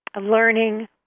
learning